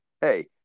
Hey